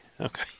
Okay